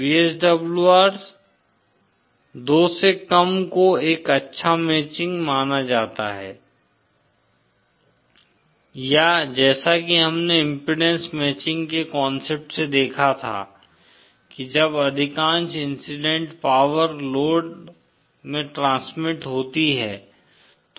VSWR 2 से कम को एक अच्छा मैचिंग माना जाता है या जैसा कि हमने इम्पीडेन्स मैचिंग के कांसेप्ट से देखा था कि जब अधिकांश इंसिडेंट पॉवर लोड में ट्रांसमिट होती है